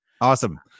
Awesome